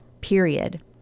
period